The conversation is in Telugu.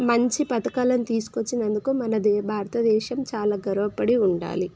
మంచి పథకాలను తీసుకొచ్చినందుకు మన దే భారతదేశం చాలా గర్వపడి ఉండాలి